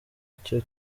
icyo